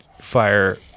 fire